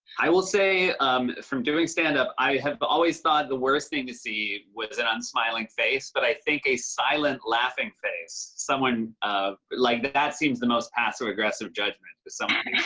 i will say from doing stand-up, i have but always thought the worst thing to see was an unsmiling face, but i think a silent laughing face, someone um like, that that seems the most passive-aggressive judgment, for someone